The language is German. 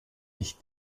ich